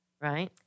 Right